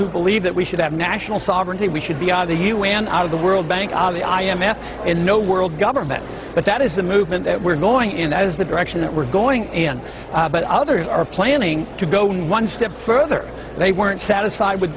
who believe that we should have national sovereignty we should be out of the u n out of the world bank the i m f and no world government but that is the movement that we're going in that is the direction that we're going in but others are planning to go one step further they weren't satisfied with